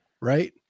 Right